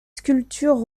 sculptures